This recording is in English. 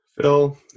Phil